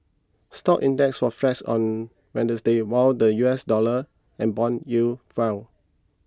stock index was flats on Wednesday while the U S dollar and bond yields fell